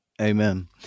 Amen